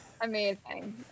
amazing